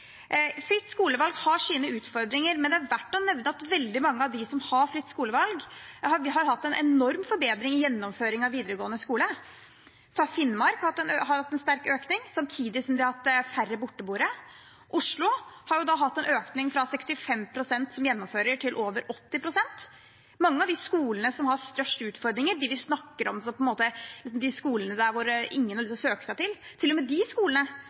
Fritt skolevalg har sine utfordringer, men det er verdt å nevne at veldig mange av dem som har fritt skolevalg, har hatt en enorm forbedring i gjennomføring av videregående skole. Finnmark har hatt en sterk økning, samtidig som de har hatt færre borteboere. Oslo har hatt en økning fra 65 pst. som gjennomfører, til over 80 pst. Til og med mange av de skolene som har størst utfordringer, de vi snakker om som de skolene som ingen har lyst til søke seg til,